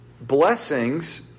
blessings